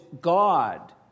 God